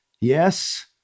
Yes